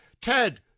Ted